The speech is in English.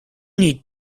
need